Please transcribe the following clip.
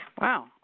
Wow